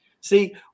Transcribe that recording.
See